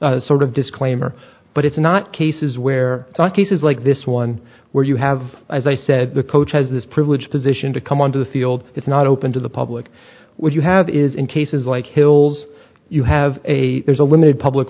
contacts sort of disclaimer but it's not cases where the cases like this one where you have as i said the coach has this privileged position to come on to the field it's not open to the public when you have is in cases like hills you have a there's a limited public